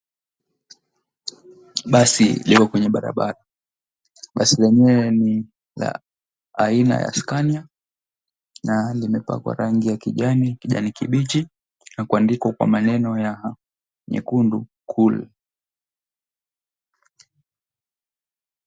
Basi liko kwenye barabara, basi lenyewe ni la aina ya Scania na limepakiwa rangi ya kijani kijani kibichi na kuandikwa kwa maneno ya nyekundu, COOL.